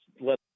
let